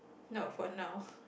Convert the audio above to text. not for now